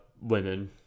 women